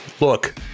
look